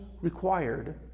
required